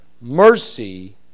mercy